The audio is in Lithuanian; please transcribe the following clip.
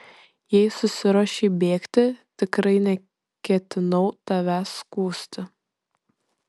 jei susiruošei bėgti tikrai neketinau tavęs skųsti